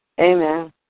Amen